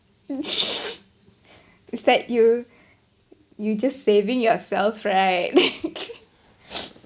is like you you just saving yourselves right